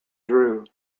drew